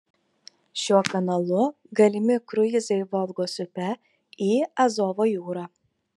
šiuo kanalu galimi kruizai volgos upe į azovo jūrą